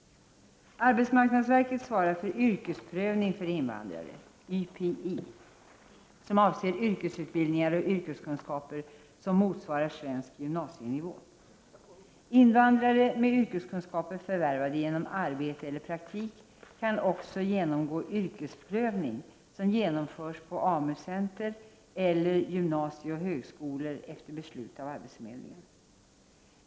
Arbetsmarknadsverket svarar för yrkesprövning för invandrare som avser yrkesutbildningar och yrkeskunskaper som motsvarar svensk gymnasienivå. Invandrare med yrkeskunskaper förvärvade genom arbete eller praktik kan också genomgå yrkesprövning, som genomförs inom AMU center eller gymnasieoch högskolor efter beslut av arbetsförmedlingen.